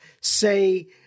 Say